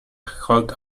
hold